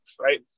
right